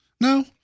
No